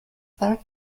third